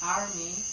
army